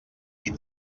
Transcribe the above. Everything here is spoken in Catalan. qui